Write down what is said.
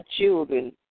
children